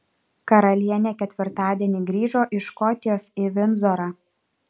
karalienė ketvirtadienį grįžo iš škotijos į vindzorą